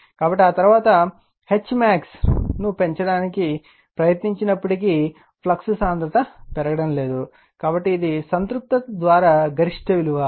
కాబట్టి ఆ తరువాత Hmx ను పెంచడానికి ప్రయత్నించినప్పటికీ ఫ్లక్స్ సాంద్రత పెరగడం లేదు కాబట్టి ఇది సంతృప్త తర్వాత గరిష్ట విలువ